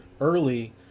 early